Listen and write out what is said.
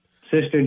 Sister